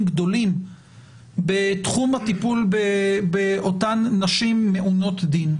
גדולים בתחום הטיפול באותן נשים מעונות דין.